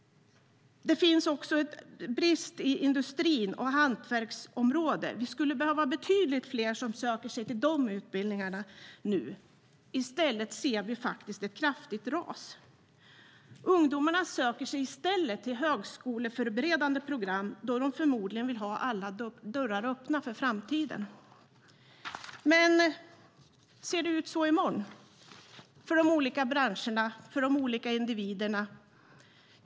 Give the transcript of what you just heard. Det finns också brist inom industrin och hantverksområdet. Vi skulle behöva betydligt fler som söker sig till de utbildningarna nu. I stället ser vi ett kraftigt ras. Ungdomar söker sig i stället till högskoleförberedande program då de förmodligen vill ha alla dörrar öppna för framtiden. Men ser det ut så i morgon för de olika branscherna och för de olika individerna?